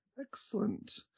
Excellent